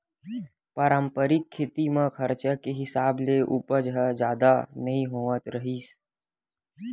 पारंपरिक खेती म खरचा के हिसाब ले उपज ह जादा नइ होवत रिहिस